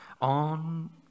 on